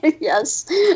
Yes